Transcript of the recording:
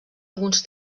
alguns